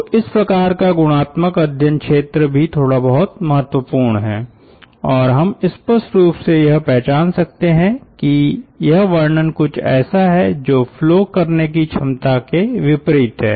तो इस प्रकार का गुणात्मक अध्ययन क्षेत्र भी थोड़ा बहुत महत्वपूर्ण है और हम स्पष्ट रूप से यह पहचान सकते हैं कि यह वर्णन कुछ ऐसा है जो फ्लो करने की क्षमता के विपरीत है